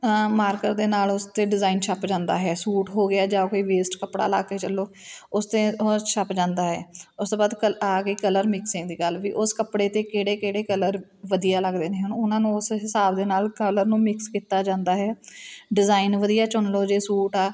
marker ਦੇ ਨਾਲ ਉਸ 'ਤੇ ਡਿਜ਼ਾਇਨ ਛਪ ਜਾਂਦਾ ਹੈ ਸੂਟ ਹੋ ਗਿਆ ਜਾਂ ਕੋਈ ਵੇਸਟ ਕੱਪੜਾ ਲਾ ਕੇ ਚਲੋ ਉਸ 'ਤੇ ਉਹ ਛਪ ਜਾਂਦਾ ਹੈ ਉਸ ਤੋਂ ਬਾਅਦ ਕਲ ਆ ਗਈ ਕਲਰ ਮਿਕਸਿੰਗ ਦੀ ਗੱਲ ਵੀ ਉਸ ਕੱਪੜੇ 'ਤੇ ਕਿਹੜੇ ਕਿਹੜੇ ਕਲਰ ਵਧੀਆ ਲੱਗਦੇ ਨੇ ਉਹਨਾਂ ਨੂੰ ਉਸ ਹਿਸਾਬ ਦੇ ਨਾਲ ਕਲਰ ਨੂੰ ਮਿਕਸ ਕੀਤਾ ਜਾਂਦਾ ਹੈ ਡਿਜ਼ਾਇਨ ਵਧੀਆ ਚੁਣ ਲਓ ਜੇ ਸੂਟ ਆ